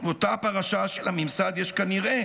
אותה פרשה שלממסד יש כנראה